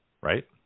Right